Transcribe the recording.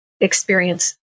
experience